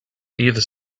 either